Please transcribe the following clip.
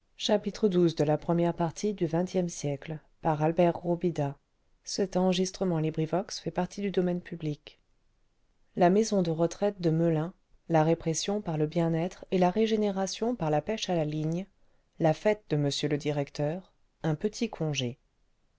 la maison de retraite de melun la répression par le bien-être et la régénération par la pêche à la ligne la fête de m le directeur un petit congé